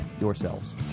yourselves